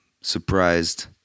surprised